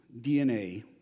DNA